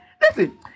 Listen